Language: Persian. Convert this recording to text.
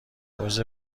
روز